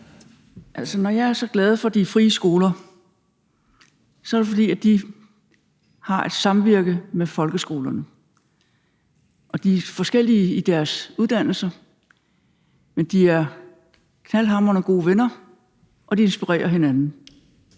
når jeg er så glad for de frie skoler, er det, fordi de har et samvirke med folkeskolerne. De er forskellige i deres uddannelser, men de er knaldhamrende gode venner, og de inspirerer hinanden,